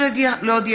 עודד